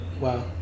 Wow